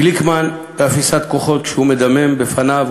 גליקמן, באפיסת כוחות, כשהוא מדמם בפניו וברגליו,